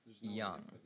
young